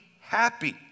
happy